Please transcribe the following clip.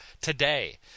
today